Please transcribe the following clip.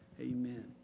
Amen